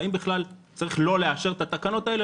והאם בכלל צריך לא לאשר את התקנות האלה